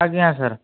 ଆଜ୍ଞା ସାର୍